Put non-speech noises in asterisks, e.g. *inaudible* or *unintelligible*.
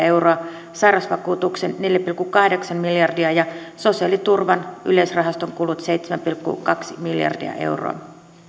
*unintelligible* euroa sairausvakuutuksen neljä pilkku kahdeksan miljardia ja sosiaaliturvan yleisrahaston kulut seitsemän pilkku kaksi miljardia euroa